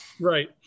Right